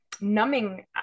numbing